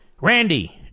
Randy